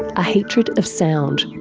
a hatred of sound.